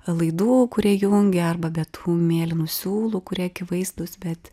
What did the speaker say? laidų kurie jungia arba be tų mėlynų siūlų kurie akivaizdūs bet